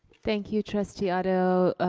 thank you trustee otto.